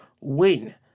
win